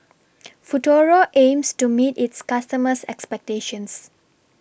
Futuro aims to meet its customers' expectations